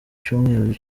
cyumweru